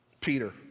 Peter